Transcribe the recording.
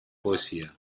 poesía